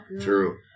true